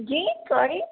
جی sorry